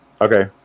Okay